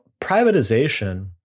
privatization